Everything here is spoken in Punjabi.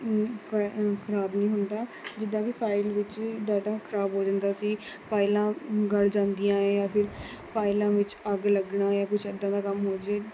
ਖ਼ਰਾਬ ਹੁੰਦਾ ਜਿੱਦਾਂ ਕਿ ਫ਼ਾਈਲ ਵਿੱਚ ਡਾਟਾ ਖ਼ਰਾਬ ਹੋ ਜਾਂਦਾ ਸੀ ਫ਼ਾਈਲਾਂ ਗਲ੍ਹ ਜਾਂਦੀਆਂ ਹੈ ਜਾਂ ਫ਼ਿਰ ਫ਼ਾਈਲਾਂ ਵਿੱਚ ਅੱਗ ਲੱਗਣਾ ਜਾਂ ਕੁਛ ਇੱਦਾਂ ਦਾ ਕੰਮ ਹੋ ਜਵੇ